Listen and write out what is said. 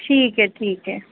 ٹھیک ہے ٹھیک ہے